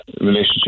relationship